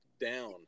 down